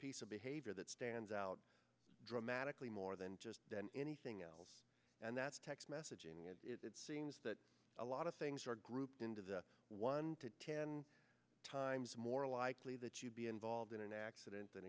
piece of behavior that stands out dramatically more than just anything else and that's text messaging and it seems that a lot of things are grouped into the one to ten times more likely that you'd be involved in an accident that